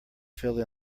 fill